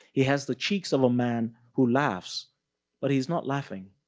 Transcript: he has the cheeks of a man who laughs but he's not laughing.